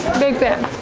big fan,